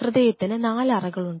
ഹൃദയത്തിന് നാല് അറകളുണ്ട്